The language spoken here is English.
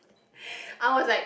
I was like